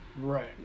Right